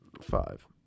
Five